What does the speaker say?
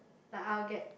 like I will get